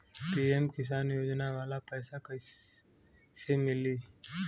PM Kisan योजना वाला पैसा कईसे मिली?